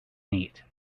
neat